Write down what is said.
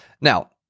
Now